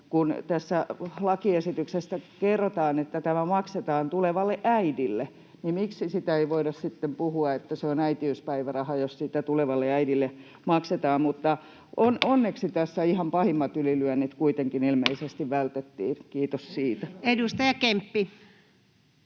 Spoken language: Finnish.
kun tässä lakiesityksessä kerrotaan, että tämä maksetaan tulevalle äidille, niin miksi siitä ei voida sitten puhua niin, että se on äitiyspäiväraha, jos sitä tulevalle äidille maksetaan? Mutta onneksi tässä ihan pahimmat ylilyönnit kuitenkin ilmeisesti vältettiin